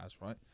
right